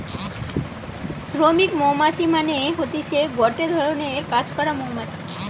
শ্রমিক মৌমাছি মানে হতিছে গটে ধরণের কাজ করা মৌমাছি